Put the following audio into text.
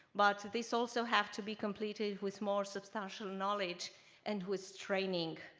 but this also have to be completed with more substantial knowledge and with training.